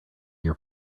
your